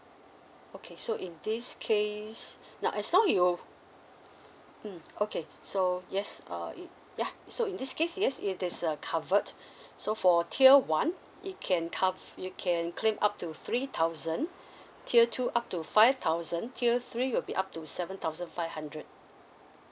okay so in this case now as now you're mm okay so yes um it ya so in this case yes it is a covered so for tier one it can cov~ you can claim up to three thousand tier two up to five thousand tier three will be up to seven thousand five hundred